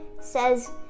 says